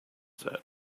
said